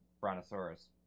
brontosaurus